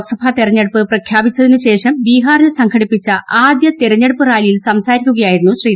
ലോക്സഭ തെരഞ്ഞെടുപ്പ് പ്രഖ്യാപിച്ചതിനുശേഷം ബീഹാറിൽ സംഘടിപ്പിച്ച ആദ്യ തിരഞ്ഞെടുപ്പ് റാലിയിൽ സംസാരിക്കുകയായിരുന്നു ശ്രീ